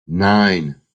nine